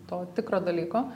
to tikro dalyko